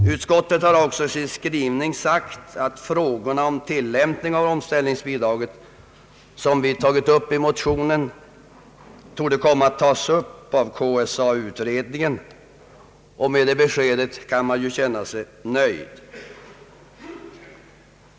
I utskottets skrivning framhålles också att frågorna om tillämpning av omställningsbidraget, som vi tagit upp i motionen, torde behandlas av KSA-utredningen, och med det beskedet kan man ju känna sig nöjd.